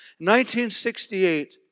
1968